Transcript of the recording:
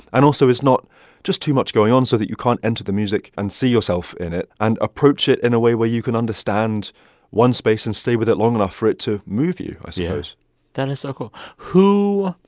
and also, it's not just too much going on so that you can't enter the music and see yourself in it and approach it in a way where you can understand one space and stay with it long enough for it to move you, i suppose yeah. that is so cool. who